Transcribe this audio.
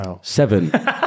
seven